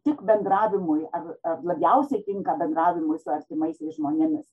tik bendravimui ar labiausiai tinka bendravimui su artimais žmonėmis